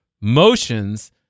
motions